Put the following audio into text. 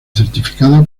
certificada